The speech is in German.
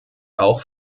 auch